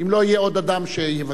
אם לא יהיה עוד אדם שיבקש.